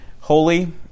holy